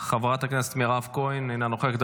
חברת הכנסת מירב כהן, אינה נוכחת.